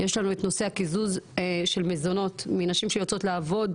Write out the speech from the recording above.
יש לנו את נושא הקיזוז של מזונות מנשים שיוצאות לעבוד,